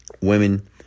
women